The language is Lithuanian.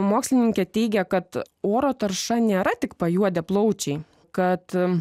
mokslininkė teigia kad oro tarša nėra tik pajuodę plaučiai kad